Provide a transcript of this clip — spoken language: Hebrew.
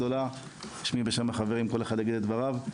בשמי ובשם החברים, אני מאחל לך הצלחה גדולה.